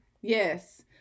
Yes